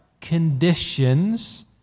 conditions